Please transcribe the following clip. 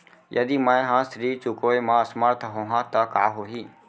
यदि मैं ह ऋण चुकोय म असमर्थ होहा त का होही?